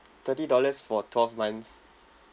thirty dollars for twelve months